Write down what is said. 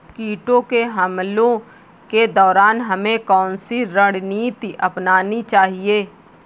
कीटों के हमलों के दौरान हमें कौन सी रणनीति अपनानी चाहिए?